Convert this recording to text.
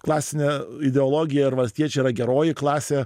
klasinė ideologija ir valstiečiai yra geroji klasė